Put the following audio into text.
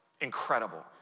Incredible